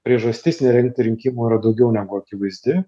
priežastis nerengti rinkimų yra daugiau negu akivaizdi